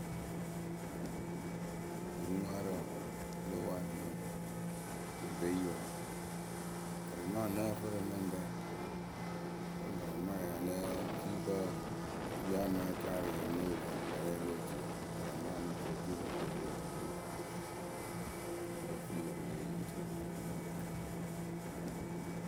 Wuruŋwaarǝ wǝǝ pɨ lóo pwo aviyɔŋyǝ kɨ be yi wǝǝ varamaa ŋ nǝ́ǝ rɨ mɨ ŋ rɛ. Vǝ́ varamayǝ ya lǝ́ǝ fii kǝ́ yǝ we ŋ ya ŋ náa caa rɨ ŋ ya ŋ nóo ru akpɛrɛyǝ lo otuyǝ wǝǝ varamayǝ ŋ mɨ fii oturu lǝ fɨ rɨ re rɨ wuruwǝ láa rɛ. mɨŋkǝ́ ofuripǝ pɨ lée yi kɨtǝ.